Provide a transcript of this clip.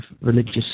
religious